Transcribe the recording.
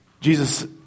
Jesus